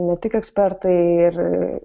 ne tik ekspertai ir